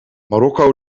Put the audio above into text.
marokko